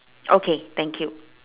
okay thank you